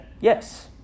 yes